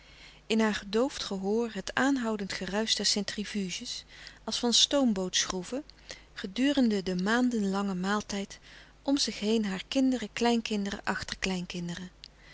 in haar gedoofd gehoor het aanhoudend geruisch der centrifuges als van stoombootschroeven gedurende den maandenlangen maal tijd om zich heen haar kinderen kleinkinderen